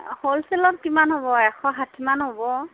হ'লচেলত কিমান হ'ব এশ ষাঠিমান হ'ব